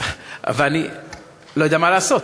אבל אני לא יודע מה לעשות.